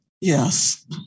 Yes